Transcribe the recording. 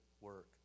work